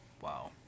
Wow